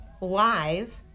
live